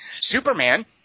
Superman